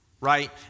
right